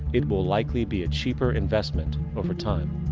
it will likely be a cheaper investment over time.